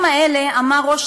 מאז